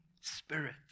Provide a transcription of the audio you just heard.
spirit